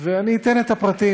אני אתן את הפרטים.